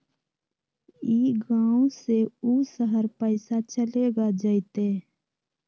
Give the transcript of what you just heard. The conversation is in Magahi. ई गांव से ऊ शहर पैसा चलेगा जयते?